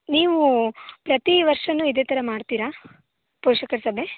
ನೀವು ಪ್ರತಿ ವರ್ಷವೂ ಇದೇ ಥರ ಮಾಡ್ತೀರಾ ಪೋಷಕರ ಸಭೆ